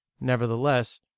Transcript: nevertheless